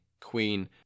Queen